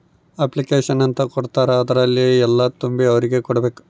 application ಅಂತ ಕೊಡ್ತಾರ ಅದ್ರಲ್ಲಿ ಎಲ್ಲ ತುಂಬಿ ಅವ್ರಿಗೆ ಕೊಡ್ಬೇಕು